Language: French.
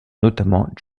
notamment